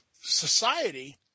society